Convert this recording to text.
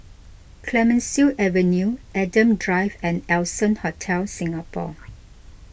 Clemenceau Avenue Adam Drive and Allson Hotel Singapore